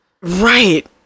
right